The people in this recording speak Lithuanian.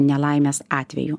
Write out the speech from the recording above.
nelaimės atveju